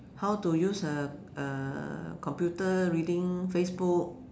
how to use a a computer reading Facebook